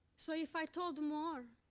so, if i told more.